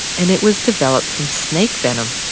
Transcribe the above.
and it was developed from snake venom.